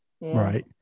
Right